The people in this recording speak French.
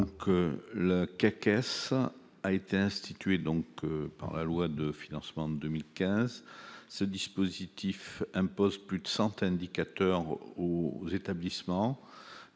la a été institué donc la loi de financement 2015, ce dispositif impose plus de santé indicateurs aux établissements